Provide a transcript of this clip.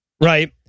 Right